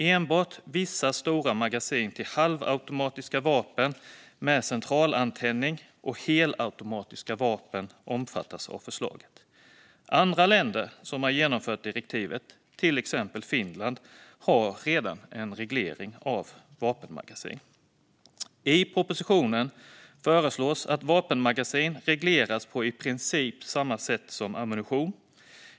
Enbart vissa stora magasin till halvautomatiska vapen med centralantändning och helautomatiska vapen omfattas av förslaget. Andra länder som har genomfört direktivet, till exempel Finland, har redan en reglering av vapenmagasin. I propositionen föreslås att vapenmagasin regleras på i princip samma sätt som ammunition.